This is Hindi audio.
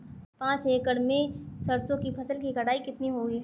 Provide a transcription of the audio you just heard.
पांच एकड़ में सरसों की फसल की कटाई कितनी होगी?